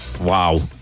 wow